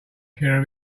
care